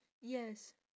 yes